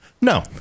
No